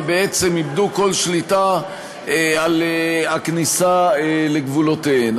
ובעצם איבדו כל שליטה על כניסה לגבולותיהם.